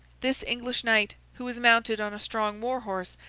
this english knight, who was mounted on a strong war-horse,